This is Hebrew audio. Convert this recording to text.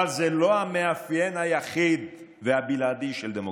אבל זה לא המאפיין היחיד והבלעדי של דמוקרטיה.